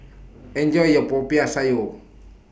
Enjoy your Popiah Sayur